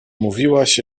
mówiłaś